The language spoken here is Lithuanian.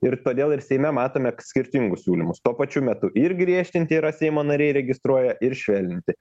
ir todėl ir seime matome skirtingus siūlymus tuo pačiu metu ir griežtinti yra seimo nariai registruoja ir švelninti